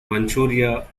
manchuria